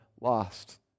lost